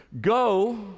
Go